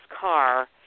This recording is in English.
car